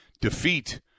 defeat